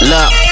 Look